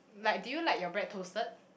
like do you like your bread toasted